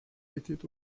était